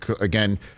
Again